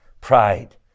pride